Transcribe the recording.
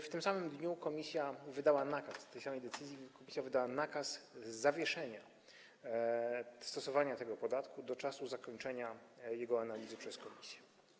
W tym samym dniu w tej samej decyzji Komisja wydała nakaz zawieszenia stosowania tego podatku do czasu zakończenia jego analizy przez Komisję.